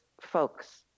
folks